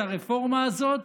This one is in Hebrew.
את הרפורמה הזאת,